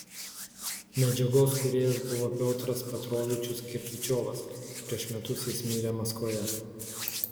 medžiagos kūrėjas buvo piotras petrovičius kirpičiovas prieš metus jis mirė maskvoje